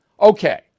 okay